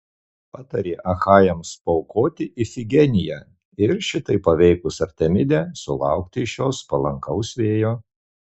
patarė achajams paaukoti ifigeniją ir šitaip paveikus artemidę sulaukti iš jos palankaus vėjo